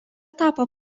tapo